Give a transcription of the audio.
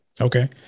Okay